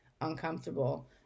uncomfortable